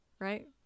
Right